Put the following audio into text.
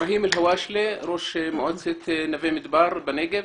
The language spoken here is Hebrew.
ראש המועצה האזורית נווה מדבר בנגב.